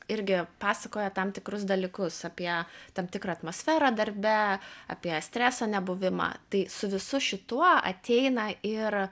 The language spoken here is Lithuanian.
irgi pasakoja tam tikrus dalykus apie tam tikrą atmosferą darbe apie streso nebuvimą tai su visu šituo ateina ir